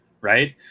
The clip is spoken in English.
Right